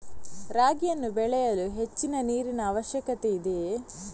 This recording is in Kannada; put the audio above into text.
ರಾಗಿಯನ್ನು ಬೆಳೆಯಲು ಹೆಚ್ಚಿನ ನೀರಿನ ಅವಶ್ಯಕತೆ ಇದೆಯೇ?